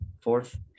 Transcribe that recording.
Fourth